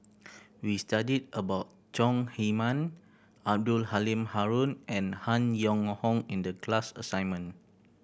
we studied about Chong Heman Abdul Halim Haron and Han Yong Hong in the class assignment